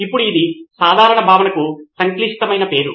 ఇప్పుడు ఇది సాధారణ భావనకు సంక్లిష్టమైన పేరు